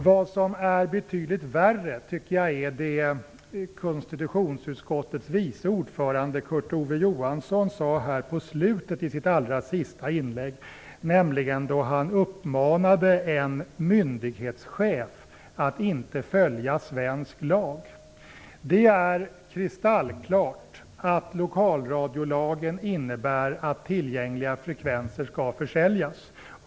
Vad som är betydligt värre är vad konstitutionsutskottetts vice ordförande Kurt Ove Johansson sade i slutet av sitt allra sista inlägg, nämligen då han uppmanade en myndighetschef att inte följa svensk lag. Det är kristallklart att lokalradiolagen innebär att tillgängliga frekvenser skall försäljas.